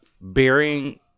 bearing